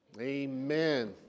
Amen